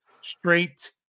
straight